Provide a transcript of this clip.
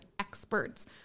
experts